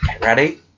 Ready